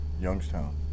Youngstown